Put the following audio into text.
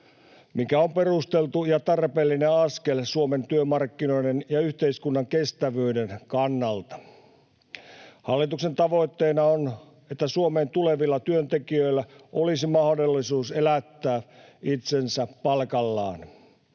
mikä on perusteltu ja tarpeellinen askel Suomen työmarkkinoiden ja yhteiskunnan kestävyyden kannalta. Hallituksen tavoitteena on, että Suomeen tulevilla työntekijöillä olisi mahdollisuus elättää itsensä palkallaan.